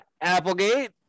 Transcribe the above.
applegate